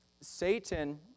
Satan